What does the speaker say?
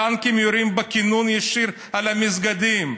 טנקים יורים בכינון ישיר על המסגדים.